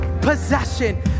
possession